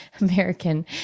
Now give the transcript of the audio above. American